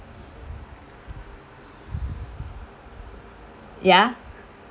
ya